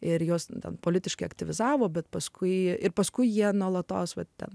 ir jos dar politiškai aktyvizavo bet paskui ir paskui jie nuolatos vat ten